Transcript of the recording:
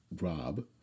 Rob